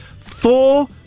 four